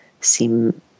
seem